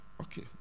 okay